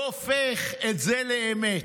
לא הופך את זה לאמת.